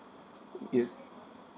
is